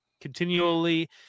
continually